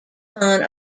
upon